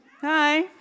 hi